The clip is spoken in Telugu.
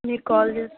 మీరు కాల్ చేశారు